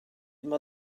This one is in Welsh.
mae